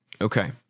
Okay